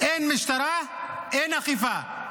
אין משטרה, אין אכיפה.